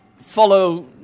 follow